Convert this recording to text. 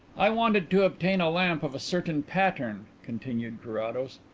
i wanted to obtain a lamp of a certain pattern, continued carrados.